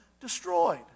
destroyed